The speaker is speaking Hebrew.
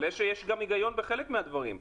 אבל יש גם היגיון בחלק מהדברים.